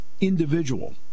individual